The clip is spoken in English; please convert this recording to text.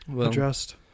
addressed